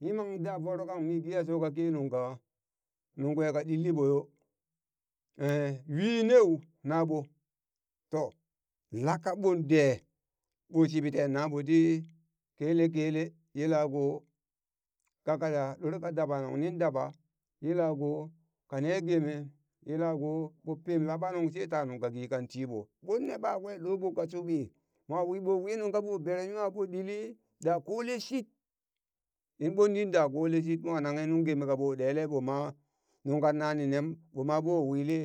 Yimang da vorokang mi geya shoka kenungka nung kwe ka ɗilliɓo yo, eh yui neu naɓo? toh. laka ɓon de ɓo shiɓi ten naɓoti kele kele yela ko kaka ɗorka daba nung nin daba yela ko kane geme, yelako ɓo pem laɓanung she ta ye nung keki kan tiɓo, ɓon ne ɓakwe loɓo ka shuɓi mo wi ɓo wi nunka ɓo bere nwabo ɓilin da koleshit in ɓon ɗi da kole shit mo nanghe nuŋ geme kaɓo ɗele ɓoma, nuŋ kan nani ɓoma ɓo wili